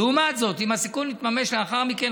לעומת זאת אם הסיכון יתממש לאחר מכן,